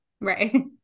Right